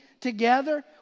together